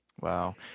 Wow